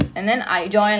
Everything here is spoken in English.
mm